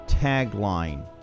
tagline